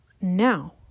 now